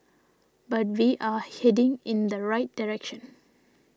but we are heading in the right direction